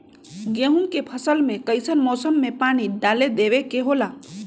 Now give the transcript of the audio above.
गेहूं के फसल में कइसन मौसम में पानी डालें देबे के होला?